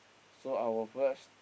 so I will flash